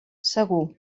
segur